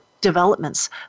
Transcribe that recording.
developments